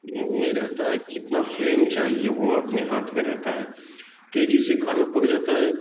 ان میں رہتا ہے کتنا فلیم چاہیے وہ اپنے ہاتھ میں رہتا ہے تیزی سے کھانا پک جاتا ہے